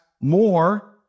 more